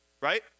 right